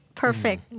perfect